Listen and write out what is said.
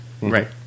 Right